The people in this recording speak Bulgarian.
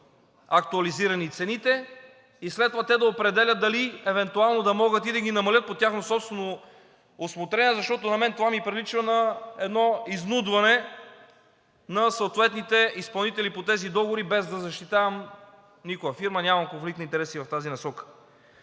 актуализирани цените и след това те да определят дали евентуално да могат и да ги намалят по тяхно собствено усмотрение, защото на мен това ми прилича на изнудване на съответните изпълнители по тези договори, без да защитавам никоя фирма. Нямам конфликт на интереси в тази насока.